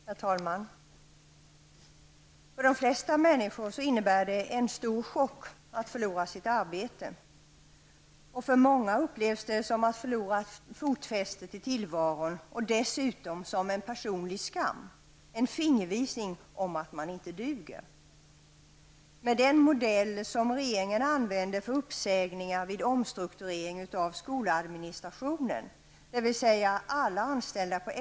Herr talman! Det är för de flesta människor en stor chock att förlora sitt arbete. Det upplevs för många som att förlora fotfästet i tillvaron och dessutom som en personlig skam -- en fingervisning om att man inte duger. avskedades, utsattes personalen för onödig oro i och med att alla sades upp.